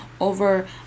over